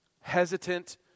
hesitant